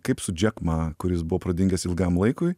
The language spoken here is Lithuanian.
kaip su džek ma kuris buvo pradingęs ilgam laikui